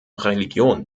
religion